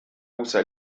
usa